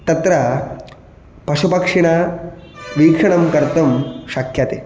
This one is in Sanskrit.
तत्र पशुपक्षिणा वीक्षणं कर्तुं शक्यते